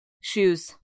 shoes